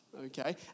okay